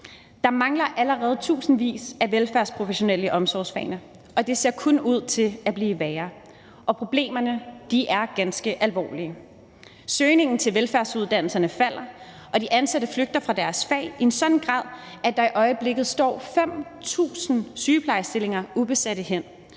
Der mangler allerede tusindvis af velfærdsprofessionelle i omsorgsfagene, og det ser kun ud til at blive værre. Problemerne er ganske alvorlige. Søgningen til velfærdsuddannelserne falder, og de ansatte flygter fra deres fag i en sådan grad, at der i øjeblikket står 5.000 sygeplejerskestillinger ubesatte hen.